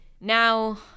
now